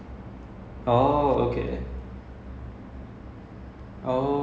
but then is mainly for taste lah you can just drink it and it looks like